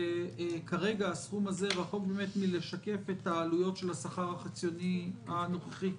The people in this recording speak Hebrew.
כרגע הסכום הזה רחוק מלשקף את העלויות של השכר החציוני הנוכחי.